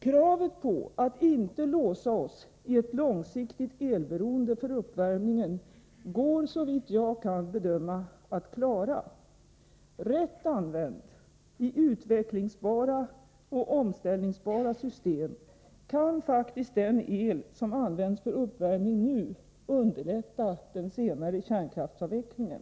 Kravet på att vi inte skall låsa oss i ett långsiktigt elberoende för uppvärmningen går, såvitt jag kan bedöma, att klara. Rätt använd — i utvecklingsbara och omställningsbara system — kan faktiskt den el som nu används för uppvärmning underlätta den senare kärnkraftsavvecklingen.